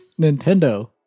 nintendo